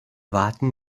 warten